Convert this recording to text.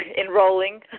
Enrolling